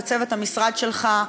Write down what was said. וצוות המשרד שלך,